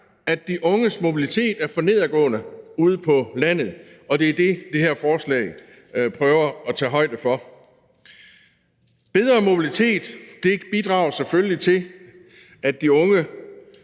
at de unges mobilitet er for nedadgående ude på landet, og det er det, det her forslag prøver at tage højde for. Bedre mobilitet bidrager selvfølgelig til, at unge